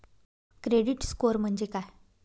Credit score म्हणजे काय?